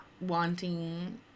wanting